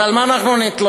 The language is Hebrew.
אז על מה אנחנו נתלונן?